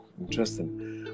interesting